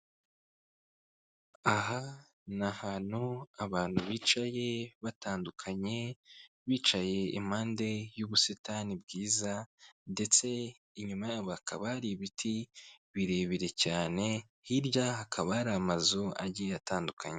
Aha ni ahantu abantu bicaye batandukanye bicaye impande y'ubusitani bwiza ndetse inyuma yabo hakaba hari ibiti birebire cyane, hirya hakaba hari amazu agiye atandukanye.